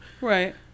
Right